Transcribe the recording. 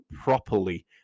properly